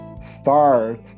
start